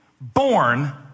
born